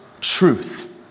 truth